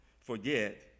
forget